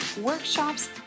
workshops